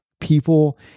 people